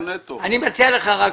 יודע.